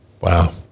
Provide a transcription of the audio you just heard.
Wow